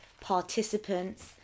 participants